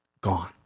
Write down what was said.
Gone